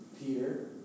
Peter